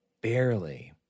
barely